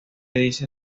dice